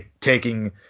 taking